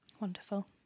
Wonderful